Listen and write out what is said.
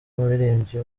umuririmbyi